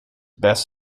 best